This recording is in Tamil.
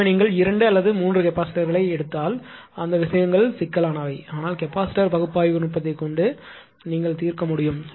எனவே நீங்கள் 2 அல்லது 3 கெப்பாசிட்டர்களை எடுத்தால் அந்த விஷயங்கள் சிக்கலானவை ஆனால் கெப்பாசிட்டர் பகுப்பாய்வு நுட்பத்தை கொண்டு இது தீர்க்க முடியும்